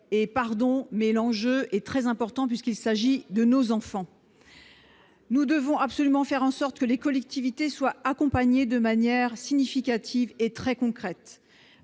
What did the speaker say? scolaire- l'enjeu est très important, puisqu'il s'agit de nos enfants -, nous devons absolument faire en sorte que les collectivités soient accompagnées de manière significative et très concrète.